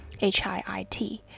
HIIT